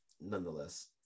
nonetheless